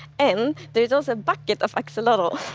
and there is also bucket of axolotls.